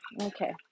Okay